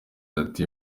ati